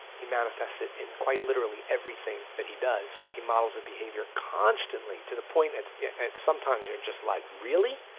he manifests it in quite literally everything that he does. he models the behavior constantly, to the point at yeah at sometimes your're just like really?